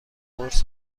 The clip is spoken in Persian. قرص